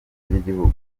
ry’igihugu